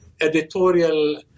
editorial